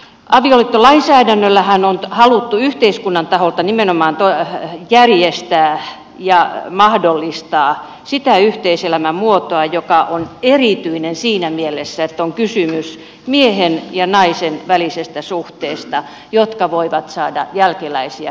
avioliittolainsäädännöllähän on haluttu yhteiskunnan taholta nimenomaan järjestää ja mahdollistaa sitä yhteiselämän muotoa joka on erityinen siinä mielessä että on kysymys miehen ja naisen välisestä suhteesta jotka voivat saada jälkeläisiä keskenään